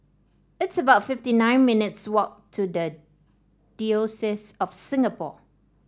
it's about fifty nine minutes' walk to the Diocese of Singapore